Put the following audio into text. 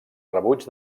rebuig